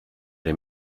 him